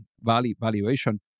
valuation